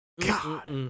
God